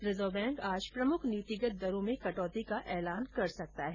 reserve bank आज प्रमुख नीतिगत दरों में कटौती का ऐलान कर सकता है